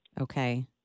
Okay